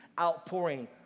outpouring